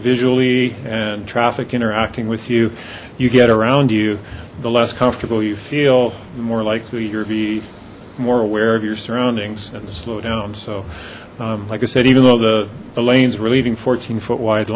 visually and traffic interacting with you you get around you the less comfortable you feel the more likely your be more aware of your surroundings and slow down so like i said even though the alain's we're leaving fourteen foot wide